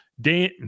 Dan